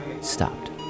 stopped